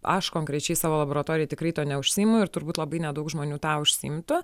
aš konkrečiai savo laboratorijoj tikrai tuo neužsiimu ir turbūt labai nedaug žmonių tą užsiimtų